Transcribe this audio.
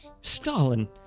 Stalin